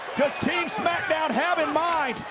does team smackdown have in mind?